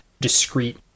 discrete